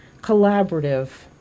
collaborative